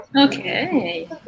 okay